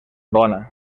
dona